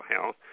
health